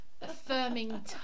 affirming